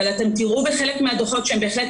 אבל אתם תראו בחלק מהדוחות שהם בהחלט